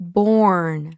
born